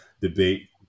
debate